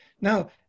Now